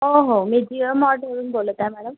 हो हो मी जिओ मार्टमधून बोलत आहे मॅडम